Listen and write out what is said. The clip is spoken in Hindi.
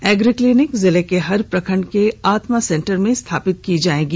एग्री क्लिनिक जिले के हर प्रखंड के आत्मा सेंटर में स्थापित की जाएगी